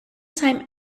time